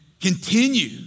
continue